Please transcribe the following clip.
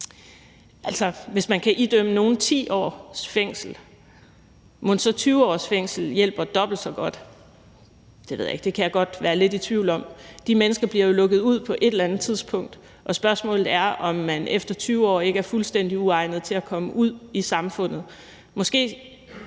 fængsel, hvis man kan idømme nogen 10 års fængsel, mon så hjælper dobbelt så godt. Det ved jeg ikke, men det kan jeg godt være lidt i tvivl om. De mennesker bliver jo lukket ud på et eller andet tidspunkt, og spørgsmålet er, om man efter 20 år ikke er fuldstændig uegnet til at komme ud i samfundet. Måske